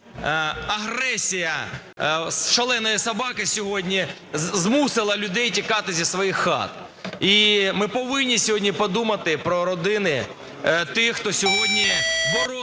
агресія "шаленої собаки" сьогодні змусила людей тікати зі своїх хат. І ми повинні сьогодні подумати про родини тих, хто сьогодні боронить